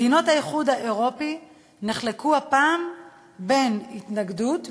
מדינות האיחוד האירופי נחלקו הפעם בין התנגדות,